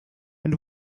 and